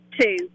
Two